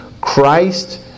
Christ